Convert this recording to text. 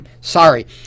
Sorry